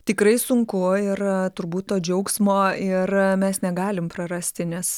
tikrai sunku ir turbūt to džiaugsmo ir mes negalim prarasti nes